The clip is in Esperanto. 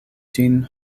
ĝin